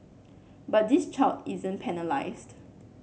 but this child isn't penalised